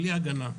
בלי הגנה.